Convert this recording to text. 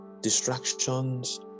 distractions